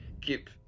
keep